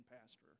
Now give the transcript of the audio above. pastor